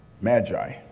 magi